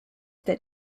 that